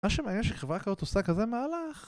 מה שמעניין שחברה כזאת עושה כזה מהלך